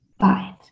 five